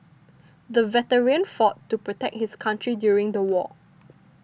the veteran fought to protect his country during the war